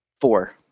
four